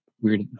weird